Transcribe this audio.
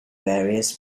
various